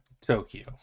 Tokyo